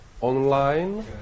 online